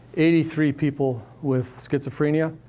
eighty three people with schizophrenia.